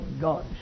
God